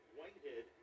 Whitehead